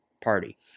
party